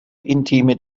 intime